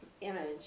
image